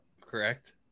correct